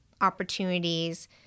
opportunities